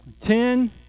ten